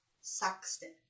Saxton